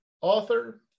author